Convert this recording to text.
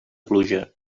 pluja